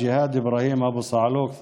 ג'יהאד איברהים אבו סאעלוק,